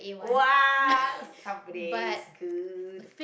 [wah] somebody is good